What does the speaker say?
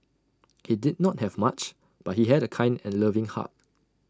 he did not have much but he had A kind and loving heart